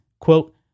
quote